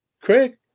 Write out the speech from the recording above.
Craig